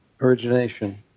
origination